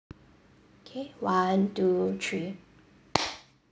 K one two three